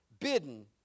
bidden